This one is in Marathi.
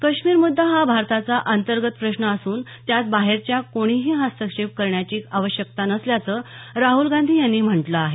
काश्मीर मुद्दा हा भारताचा अंतर्गत प्रश्न असून त्यात बाहेरच्या कोणीही हस्तक्षेप करण्याची आवश्यकता नसल्याचं राहुल गांधी यांनी म्हटलं आहे